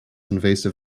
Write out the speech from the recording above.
invasive